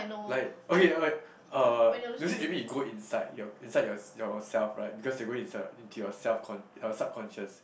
like okay okay uh lucid dreaming you go inside your inside your yourself right because they go inside into your self~ your subconscious